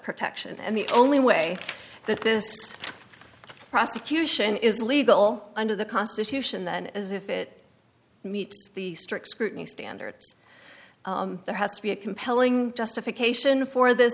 protection and the only way that this prosecution is legal under the constitution then as if it meets the strict scrutiny standard there has to be a compelling justification for th